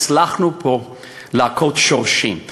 הצלחנו להכות פה שורשים.